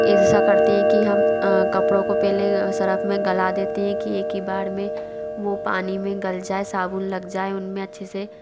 ऐसा करते हैं कि हम कपड़ों को पहले सरफ में गला देते हैं कि एक ही बार में वो पानी में गल जाए साबुन लग जाए उनमें अच्छे से